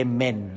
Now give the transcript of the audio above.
Amen